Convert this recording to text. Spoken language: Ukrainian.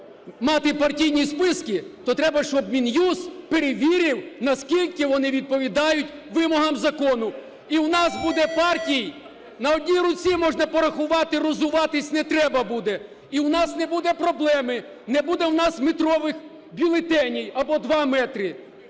мати партійні списки, то треба щоб Мін'юст перевірив, наскільки вони відповідають вимогам закону. І у нас буде партій - на одній руці можна порахувати, роззуватись не треба буде. І у нас не буде проблеми, не буде у нас метрових бюлетенів або два метри.